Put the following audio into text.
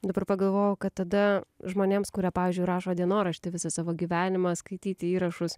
dabar pagalvojau kad tada žmonėms kurie pavyzdžiui rašo dienoraštį visą savo gyvenimą skaityti įrašus